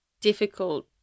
difficult